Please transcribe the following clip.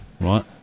right